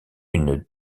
une